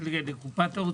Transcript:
רק בגלל שהוא נמוך.